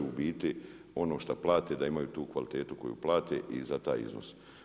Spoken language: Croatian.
U biti ono šta plate da imaju tu kvalitetu koju plate i za taj iznos.